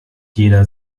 jeder